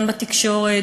גם בתקשורת,